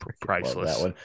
priceless